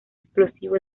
explosivo